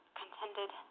contended